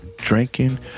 Drinking